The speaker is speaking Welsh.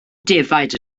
defaid